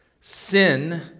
Sin